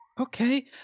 okay